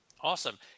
Awesome